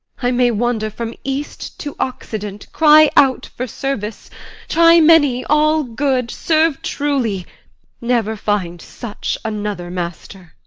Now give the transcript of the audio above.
i may wander from east to occident cry out for service try many, all good serve truly never find such another master.